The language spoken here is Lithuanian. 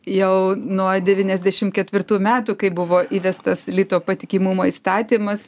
jau nuo devyniasdešim ketvirtų metų kai buvo įvestas lito patikimumo įstatymas